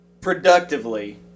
productively